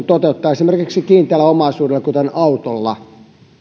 toteuttaa esimerkiksi kiinteällä omaisuudella kuten autolla